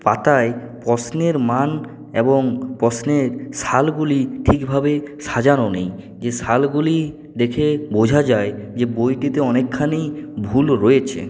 পাতায় প্রশ্নের মান এবং প্রশ্নের সালগুলি ঠিকভাবে সাজানো নেই যে সালগুলি দেখে বোঝা যায় যে বইটিতে অনেকখানি ভুল রয়েছে